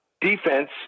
defense